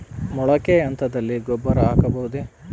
ಮೊಳಕೆ ಹಂತದಲ್ಲಿ ಗೊಬ್ಬರ ಹಾಕಬಹುದೇ?